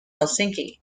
helsinki